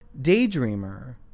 Daydreamer